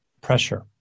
Pressure